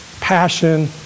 passion